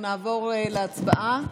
נעבור להצבעה.